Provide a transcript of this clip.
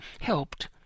helped